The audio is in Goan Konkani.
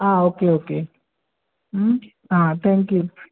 आं ओके ओके आं थेंक यू